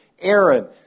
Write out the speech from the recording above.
Aaron